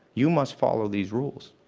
you must follow these rules.